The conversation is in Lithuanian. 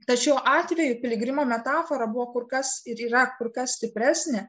tai šiuo atveju piligrimo metafora buvo kur kas ir yra kur kas stipresnė